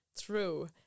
true